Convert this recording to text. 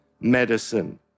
medicine